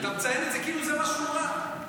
אתה מציין את זה כאילו זה משהו רע.